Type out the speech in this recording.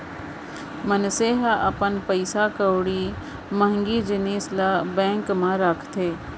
मनसे ह अपन पइसा कउड़ी महँगी जिनिस ल बेंक म राखथे